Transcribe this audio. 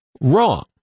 wrong